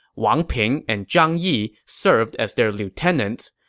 wang ping and zhang yi served as their lieutenants.